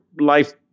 life